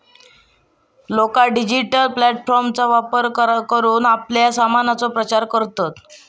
लोका डिजिटल प्लॅटफॉर्मचा वापर करान आपल्या सामानाचो प्रचार करतत